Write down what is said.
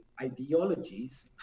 ideologies